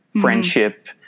friendship